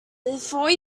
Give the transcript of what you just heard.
before